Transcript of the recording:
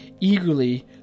eagerly